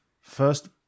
First